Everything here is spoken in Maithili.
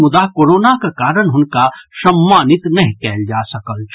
मुदा कोरोनाक कारण हुनका सम्मानित नहि कयल जा सकल छल